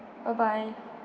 bye bye